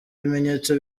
ibimenyetso